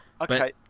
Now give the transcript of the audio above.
Okay